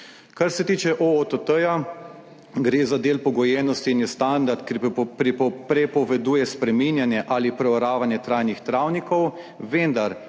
Kar se tiče OOTT. Gre za del pogojenosti in je standard, ki prepoveduje spreminjanje ali preoravanje trajnih travnikov, vendar